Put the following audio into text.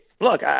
Look